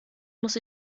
muss